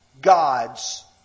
God's